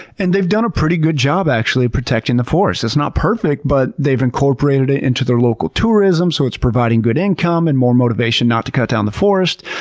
and they've done a pretty good job, actually, of protecting the forests. it's not perfect, but they've incorporated it into their local tourism so it's providing good income and more motivation not to cut down the forest.